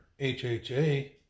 HHA